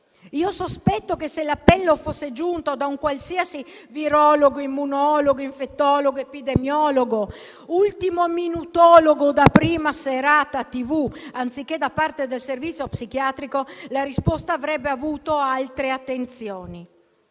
Io sospetto che, se l'appello fosse giunto da un qualsiasi virologo, immunologo, infettivologo o epidemiologo, "ultimominutologo" da prima serata TV, anziché da parte del servizio psichiatrico, la risposta avrebbe avuto altre attenzioni: